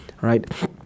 right